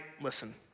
listen